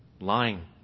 Lying